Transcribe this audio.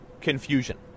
confusion